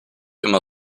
immer